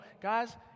Guys